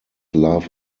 love